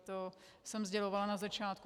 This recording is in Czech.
To jsem sdělovala na začátku.